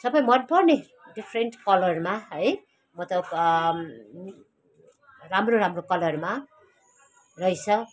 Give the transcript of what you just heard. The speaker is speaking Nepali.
सबै मन पर्ने डिफरेन्ट कलरमा है मतलब राम्रो राम्रो कलरमा रहेछ